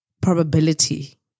probability